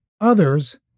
others